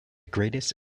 greatest